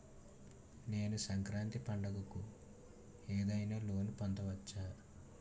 నేను సంక్రాంతి పండగ కు ఏదైనా లోన్ పొందవచ్చా?